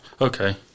Okay